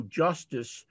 justice